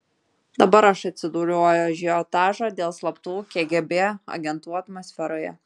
dabar aš atsidūriau ažiotažo dėl slaptų kgb agentų atmosferoje